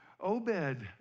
Obed